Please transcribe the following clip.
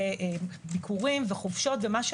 ביקורים וחופשות וכו',